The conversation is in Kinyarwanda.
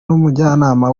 n’umujyanama